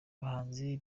bahanzi